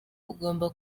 ugomba